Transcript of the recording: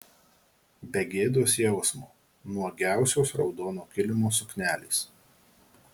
be gėdos jausmo nuogiausios raudono kilimo suknelės